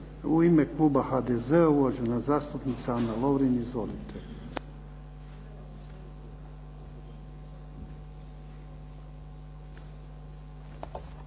U ime kluba HDZ-a uvažena zastupnica Ana Lovrin. Izvolite.